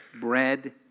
bread